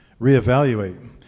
reevaluate